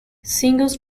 singles